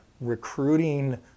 recruiting